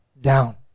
down